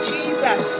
Jesus